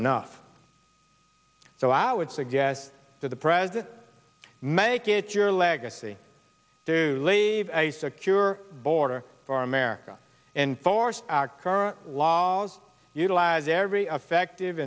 enough so i would suggest to the president make it your legacy to leave a secure border for america and force our current laws utilize every affective